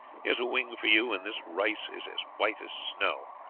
is a wing for you, and this rice is as white as snow,